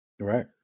Right